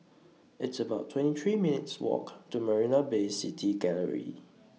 It's about twenty three minutes' Walk to Marina Bay City Gallery